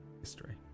history